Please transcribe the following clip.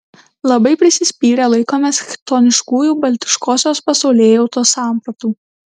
labai prisispyrę laikomės chtoniškųjų baltiškosios pasaulėjautos sampratų